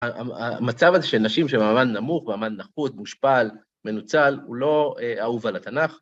המצב הזה של נשים שהם מעמד נמוך ומעמד נחות, מושפל, מנוצל, הוא לא אהוב על התנ״ך.